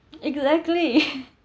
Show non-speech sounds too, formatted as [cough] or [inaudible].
exactly [laughs] [breath]